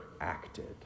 acted